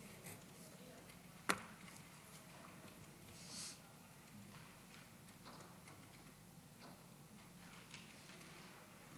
תודה